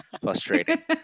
frustrating